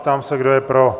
Ptám se, kdo je pro?